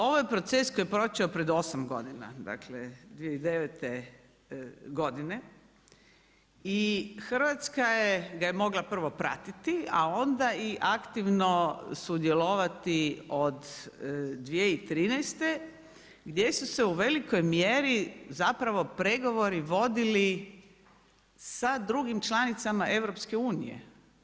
Ovaj proces koji počeo pred 8 godina, dakle 2009. godine, i Hrvatska je, ga je mogla prvo pratiti a onda i aktivno sudjelovati od 2013. gdje su se u velikoj mjeri zapravo pregovori vodili sa drugim članicama EU-a.